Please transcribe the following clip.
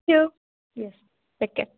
thank you yes take care